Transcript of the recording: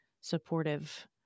supportive